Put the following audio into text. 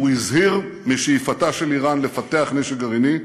הוא הזהיר משאיפתה של איראן לפתח נשק גרעיני,